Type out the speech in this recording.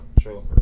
sure